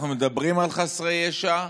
אנחנו מדברים על חסרי ישע,